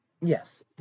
Yes